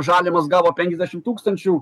žalimas gavo penkiasdešim tūkstančių